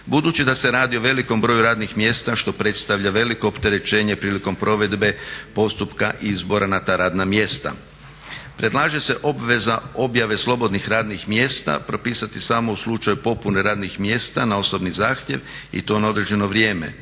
budući da se radi o velikom broju radnih mjesta što predstavlja veliko opterećenje prilikom provedbe postupka izbora na ta radna mjesta. Predlaže se obveza objave slobodnih radnih mjesta, propisati samo u slučaju popune radnih mjesta na osobni zahtjev i to na određeno vrijeme.